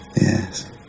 Yes